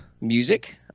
music